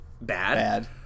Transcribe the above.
bad